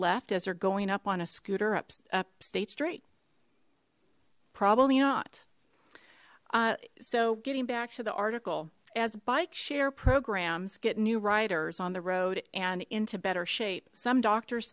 left as they're going up on a scooter upstate strait probably not so getting back to the article as bike share programs get new riders on the road and into better shape some doctors